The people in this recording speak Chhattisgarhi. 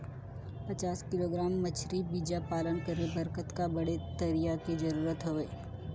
पचास किलोग्राम मछरी बीजा पालन करे बर कतका बड़े तरिया के जरूरत हवय?